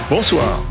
Bonsoir